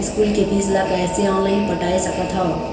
School के fees ला कैसे ऑनलाइन पटाए सकत हव?